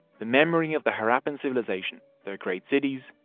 the memory of the harappan civilsation. their great cities.